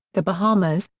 the bahamas,